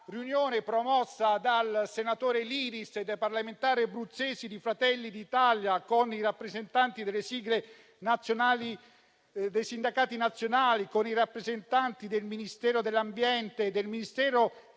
una riunione, promossa dal senatore Liris e dai parlamentari abruzzesi di Fratelli d'Italia, con i rappresentanti delle sigle dei sindacati nazionali e con quelli del Ministero dell'ambiente e del Ministero